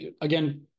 again